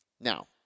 Now